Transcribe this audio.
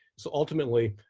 so ultimately,